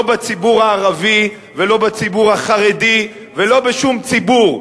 לא בציבור הערבי ולא בציבור החרדי ולא בשום ציבור.